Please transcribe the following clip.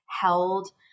held